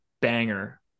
banger